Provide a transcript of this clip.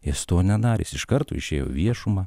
jis to nedaręs iš karto išėjo į viešumą